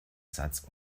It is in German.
satz